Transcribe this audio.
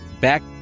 back